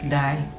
die